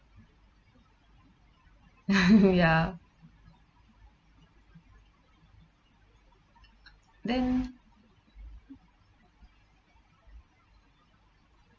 ya then